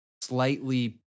slightly